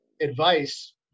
advice